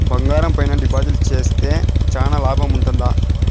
బంగారం పైన డిపాజిట్లు సేస్తే చానా లాభం ఉంటుందా?